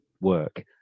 work